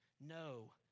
No